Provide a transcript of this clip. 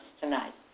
tonight